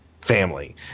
family